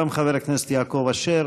גם חבר הכנסת יעקב אשר